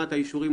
לא יעזור לך.